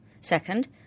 Second